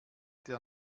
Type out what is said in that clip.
der